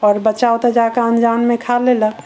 आओर बच्चा ओतऽ जाके अञ्जानमे खा लेलक